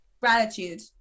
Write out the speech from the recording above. Gratitude